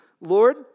Lord